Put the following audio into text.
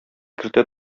кертә